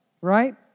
Right